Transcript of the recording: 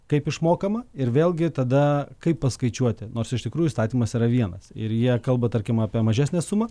kaip išmokama ir vėlgi tada kaip paskaičiuoti nors iš tikrųjų įstatymas yra vienas ir jie kalba tarkim apie mažesnę sumą